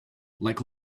like